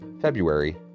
February